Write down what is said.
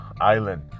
island